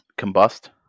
Combust